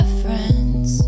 friends